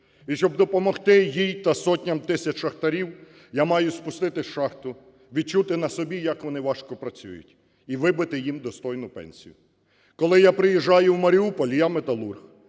І щоб допомогти їй та сотням тисяч шахтарів, я маю спуститися в шахту, відчути на собі, як вони важко працюють, і вибити їм достойну пенсію. Коли я приїжджаю в Маріуполь - я металург,